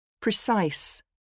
Precise